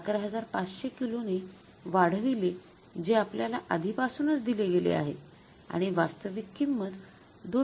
११५०० किलोने वाढविले जे आपल्याला आधीपासूनच दिले गेले आहे आणि वास्तविक किंमत २